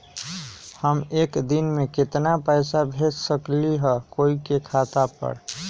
हम एक दिन में केतना पैसा भेज सकली ह कोई के खाता पर?